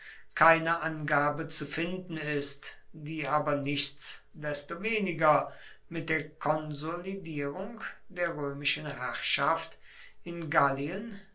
keine angabe zu finden ist die aber nichtsdestoweniger mit der konsolidierung der römischen herrschaft in gallien